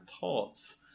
thoughts